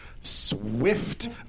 swift